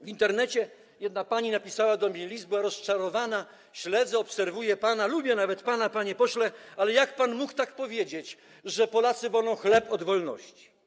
W Internecie - jedna pani napisała do mnie list, była rozczarowana: śledzę, obserwuję pana, lubię nawet pana, panie pośle, ale jak pan mógł tak powiedzieć, że Polacy wolą chleb od wolności.